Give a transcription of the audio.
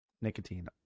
Nicotine